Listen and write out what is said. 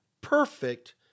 perfect